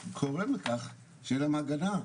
שיהיה להם הגנה,